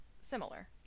similar